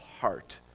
heart